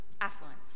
affluence